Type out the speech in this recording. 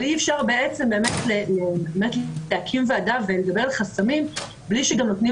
אבל אי אפשר להקים ועדה ולדבר על חסמים בלי שנותנים